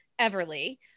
everly